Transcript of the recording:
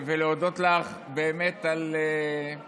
ולהודות לך על השירות.